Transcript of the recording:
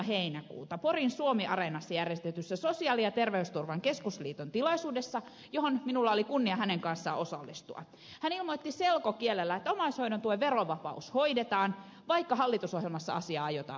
heinäkuuta porin suomiareenassa järjestetyssä sosiaali ja terveysturvan keskusliiton tilaisuudessa johon minulla oli kunnia hänen kanssaan osallistua että omaishoidon tuen verovapaus hoidetaan vaikka hallitusohjelmassa asiaa aiotaan vain selvittää